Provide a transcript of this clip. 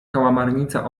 kałamarnica